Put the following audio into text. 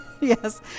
yes